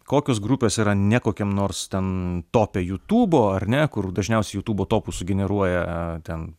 kokios grupės yra ne kokiam nors ten tope jutūbo ar ne kur dažniausiai jutūbo topus sugeneruoja ten